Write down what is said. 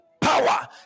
power